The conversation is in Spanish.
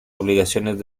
obligaciones